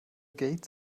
gates